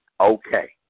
okay